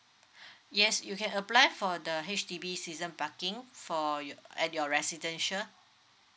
yes you can apply for the H_D_B season parking for your at your residential